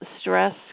stress